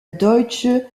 deutsche